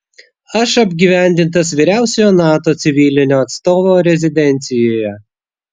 aš apgyvendintas vyriausiojo nato civilinio atstovo rezidencijoje